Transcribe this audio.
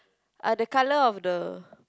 uh the colour of the